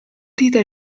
dite